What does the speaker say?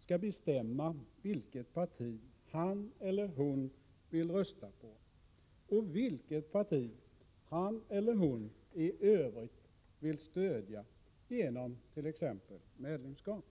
skall bestämma vilket parti han eller hon vill rösta på och vilket parti han eller hon i övrigt vill stödja genom t.ex. medlemskap.